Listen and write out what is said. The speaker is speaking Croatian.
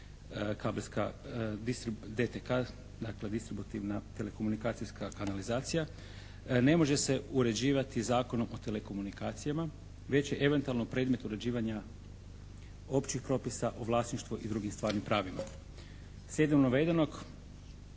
kabelska, DTK, dakle distributivna telekomunikacijska kanalizacija ne može se uređivati Zakonom o telekomunikacijama, već je eventualno predmet uređivanja općih propisa o vlasništvu i drugim stvarnim pravima.